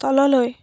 তললৈ